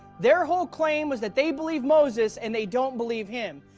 their whole claim was that they believe moses, and they don't believe him,